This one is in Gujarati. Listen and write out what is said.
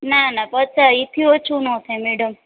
ના ના પચાસથી ઓછું ના થાય મેડમ